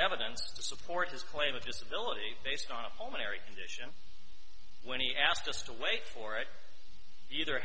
evidence to support his claim of disability based on a momentary condition when he asked us to wait for it either